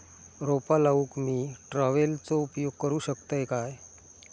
रोपा लाऊक मी ट्रावेलचो उपयोग करू शकतय काय?